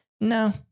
no